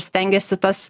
stengiasi tas